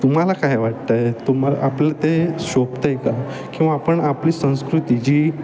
तुम्हाला काय वाटतं आहे तुम्हा आपलं ते शोभतं आहे का किंवा आपण आपली संस्कृती जी